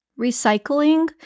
Recycling